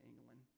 England